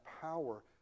power